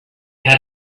had